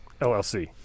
LLC